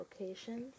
locations